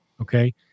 Okay